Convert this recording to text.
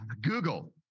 Google